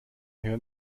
hör